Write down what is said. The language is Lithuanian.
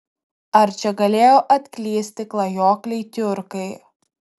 ar čia galėjo atklysti klajokliai tiurkai